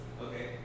okay